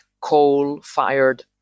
coal-fired